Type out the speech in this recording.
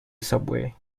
subway